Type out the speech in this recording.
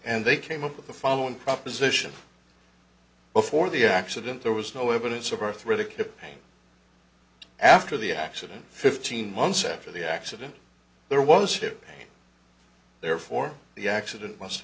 and they came up with the following proposition before the accident there was no evidence of arthritic your pain after the accident fifteen months after the accident there was a ship there for the accident